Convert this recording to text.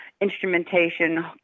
instrumentation